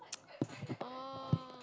oh